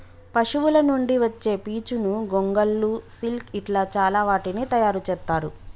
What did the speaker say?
పశువుల నుండి వచ్చే పీచును గొంగళ్ళు సిల్క్ ఇట్లా చాల వాటిని తయారు చెత్తారు